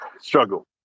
struggle